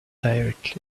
directly